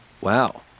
Wow